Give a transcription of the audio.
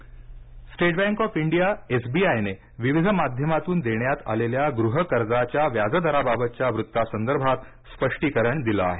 state bank गह कर्ज state bank of India एसबीआयने विविध माध्यमांतून देण्यात आलेल्या गृह कर्जाच्या व्याजदराबाबतच्या वृत्तासंदर्भात स्पष्टीकरण दिलं आहे